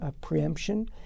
preemption